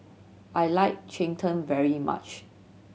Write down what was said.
I like cheng tng very much